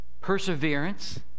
perseverance